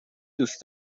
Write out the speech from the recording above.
دوست